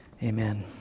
Amen